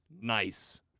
nice